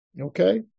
Okay